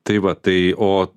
tai va tai o